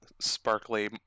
sparkly